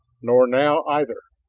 nor now either.